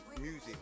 music